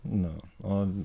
nu o